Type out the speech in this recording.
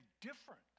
different